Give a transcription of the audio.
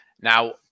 Now